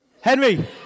Henry